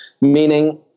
Meaning